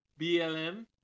BLM